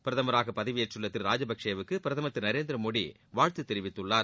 பிரதமராக பதவியேற்றுள்ள திரு ராஜபக்ஷே க்கு பிரதமர் திரு நரேந்திரமோடி வாழ்த்து தெரிவித்துள்ளார்